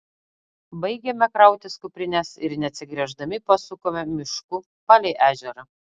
baigėme krautis kuprines ir neatsigręždami pasukome mišku palei ežerą